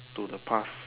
to the past